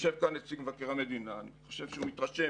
יושב כאן נציג מבקר המדינה, אני חושב שהוא מתרשם